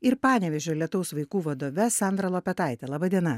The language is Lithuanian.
ir panevėžio lietaus vaikų vadove sandra lopetaitė laba diena